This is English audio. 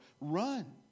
Run